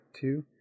Two